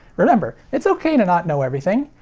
remember it's ok to not know everything.